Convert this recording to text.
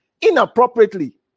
inappropriately